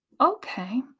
Okay